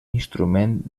instrument